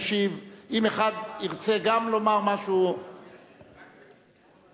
אם אחד ירצה גם לומר משהו, רק בקיצור.